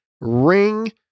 Ring